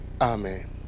amen